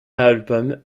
album